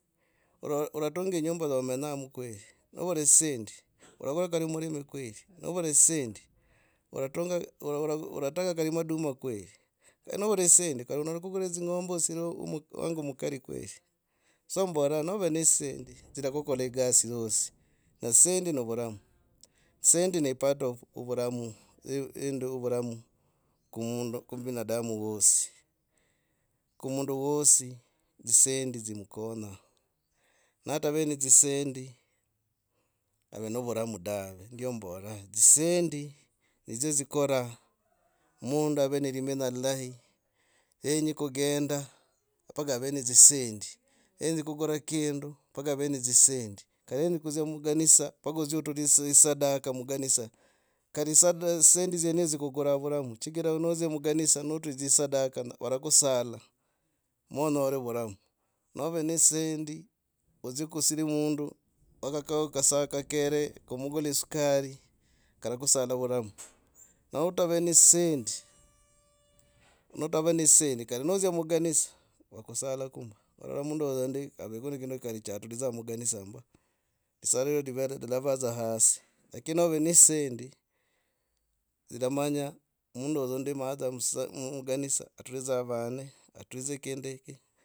Ora. oratunga inyumba yomenyamo kwerii novura dzisendi orakura kari murimi kwerii novura dzisendi oratunga, orataga kari maduma kweri ne novura dzisendi kari onyera kuvugia osier wa. wange mukarii kweli sa mbora nove ne dzisendi. dzirakugola gasi, yosi. Na dzisendi novuramu. dzisendi ne part of ovuramu indi yo vuramu ku mundu, kubinadamu wosi. Kumundu wosi dzisendi zimkonyaa natavi ne dzisendi ave novuramu dave. Ndio mboraa dzisendi. nidzyo dzikoraa mundu ave ne limenya inahi. enyi kugendaa mpaka ave ne dzisendi enyi kukora kindu mpaka ave ne dzisendi. Kari yenye kudzya mukanisa mpaka odzie otuudze esadaka muganisa. Kari dzisendi dzyenetso dzikukura vuramu chigira nodzya mugansa notudzi sadaka varakusala mwonyore vuramu nove ne dzisendi odzie kusira mundu. wakakao kasaa kakore kumugula esukari karakusala vuramu. Naotave ne dzisendi. notave ne dzisendi kari nodzia muganisa vakusalaku mba. Vavora mundu huyo ndi aveko ne kindu kari cha aturizako muganisa mba. Lisala iyo live. lilava dza hasi. Lakini nov ne dzisendi limanya mundu hoyo ndi ma yatsa muganisa aturidza vane. Aturidze kindi hiki.